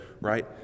right